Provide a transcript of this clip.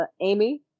amy